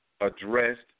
addressed